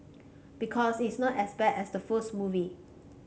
because it's not as bad as the first movie